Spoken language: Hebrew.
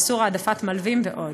איסור העדפת מלווים ועוד.